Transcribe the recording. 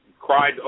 cried